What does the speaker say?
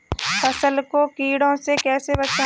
फसल को कीड़ों से कैसे बचाएँ?